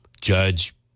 judge